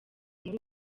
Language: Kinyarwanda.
muri